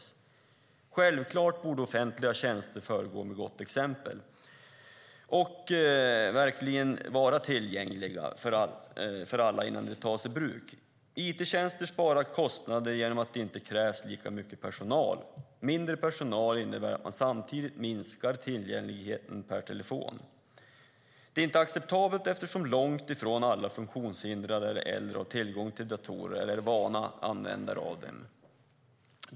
Självklart borde man föregå med gott exempel när det gäller offentliga tjänster som bör vara tillgängliga för alla innan de tas i bruk. It-tjänster sparar kostnader genom att det inte krävs lika mycket personal. Mindre personal innebär att man samtidigt minskar tillgängligheten per telefon. Det är inte acceptabelt, eftersom långt ifrån alla funktionshindrade eller äldre har tillgång till datorer eller är vana användare av dem.